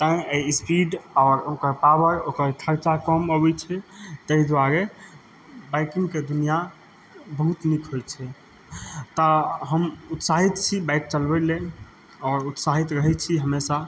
तैॅं स्पीड आओर ओकर पावर ओकर खर्चा कम अबै छै ताहि दुआरे बाइकिंगके दुनिया बहुत नीक होइ छै तऽ हम उत्साहित छी बाइक चलबै लए आओर उत्साहित रहै छी हमेशा